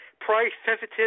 price-sensitive